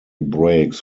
brakes